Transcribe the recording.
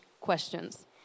questions